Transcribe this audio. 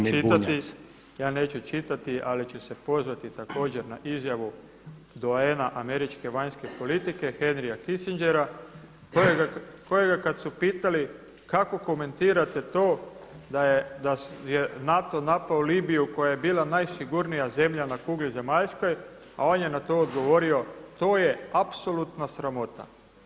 Evo ja neću čitati, ja neću čitati ali ću se pozvati također na izjavu doaena američke vanjske politike Henry Kissingera kojega kad su pitali kako komentirate to da je NATO napao Libiju koja je bila najsigurnija zemlja na kugli zemaljskoj a on je na to odgovorio to je apsolutna sramota.